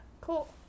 cool